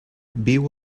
viu